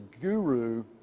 guru